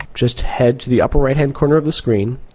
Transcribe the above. just head to the upper right hand corner of the screen,